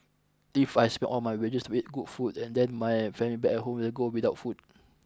if I spend all my wages with good food and then my family back at home will go without food